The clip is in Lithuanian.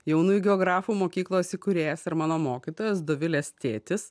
jaunųjų geografų mokyklos įkūrėjas ir mano mokytojas dovilės tėtis